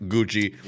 Gucci